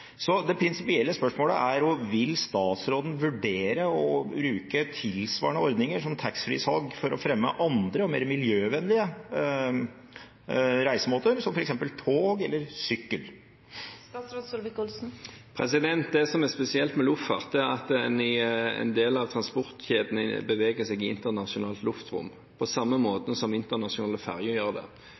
Det prinsipielle spørsmålet er da: Vil statsråden vurdere å bruke tilsvarende ordninger, som taxfree-salg, for å fremme andre og mer miljøvennlige reisemåter, som f.eks. tog eller sykkel? Det som er spesielt med luftfart, er at en i en del av transportkjedene beveger seg i internasjonalt luftrom, på samme måte som internasjonale ferger gjør det. Når en er i internasjonalt område, er det ingen som har beskatningsrett. Det er det